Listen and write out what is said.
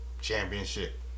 championship